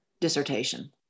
dissertation